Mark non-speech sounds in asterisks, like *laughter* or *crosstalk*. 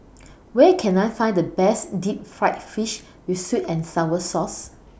*noise* Where Can I Find The Best Deep Fried Fish with Sweet and Sour Sauce